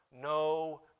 no